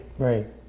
Right